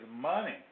money